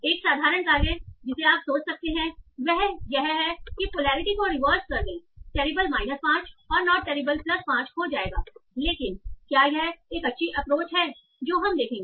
एक साधारण कार्य जिसे आप सोच सकते हैं वह यह है की पोलैरिटी को रिवर्स कर दें टेरिबल 5 और नोट टेरिबल 5 हो जाएगा लेकिन क्या यह एक अच्छी अप्रोच है जो हम देखेंगे